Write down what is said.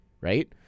right